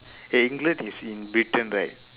eh england is in britain right